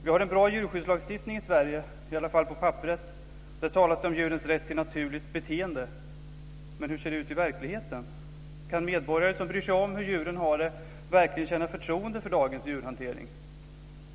Vi har en bra djurskyddslagstiftning i Sverige, i alla fall på papperet. Där talas det om djurens rätt till naturligt beteende. Men hur ser det ut i verkligheten? Kan medborgare som bryr sig om hur djuren har det verkligen känna förtroende för dagens djurhantering?